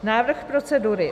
Návrh procedury.